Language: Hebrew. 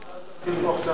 אז אל תתחיל פה עכשיו,